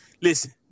listen